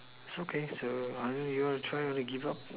so can so either you want to try or give up